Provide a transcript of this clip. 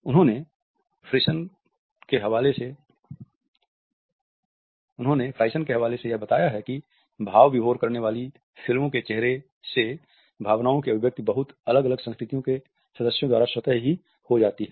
उन्होंने फ्रिसन के हवाले से बताया है कि कि भाव विभोर करने वाली फिल्मों में चेहरे से भावनाओं की अभिव्यक्ति बहुत अलग अलग संस्कृतियों के सदस्यों द्वारा स्वतः ही हो जाती है